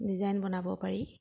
design বনাব পাৰি